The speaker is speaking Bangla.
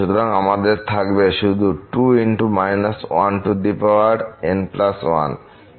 সুতরাং আমাদের থাকবে শুধু 2 −1n1